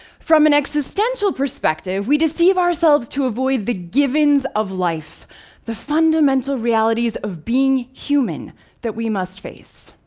from an existential perspective, we deceive ourselves to avoid the givens of life the fundamental realities of being human that we must face.